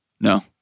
No